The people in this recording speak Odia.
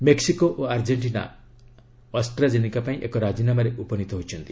ମେକୁକୋ ଓ ଆର୍ଜେଷ୍ଟିନା ଆଷ୍ଟ୍ରାଜେନିକା ପାଇଁ ଏକ ରାଜିନାମାରେ ଉପନୀତ ହୋଇଛନ୍ତି